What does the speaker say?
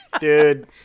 Dude